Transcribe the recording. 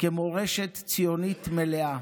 כמורשת ציונית מלאה.